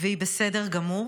והיא בסדר גמור.